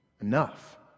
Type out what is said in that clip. Enough